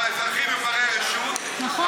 שהאזרחים הם בני-רשות, נכון.